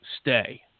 stay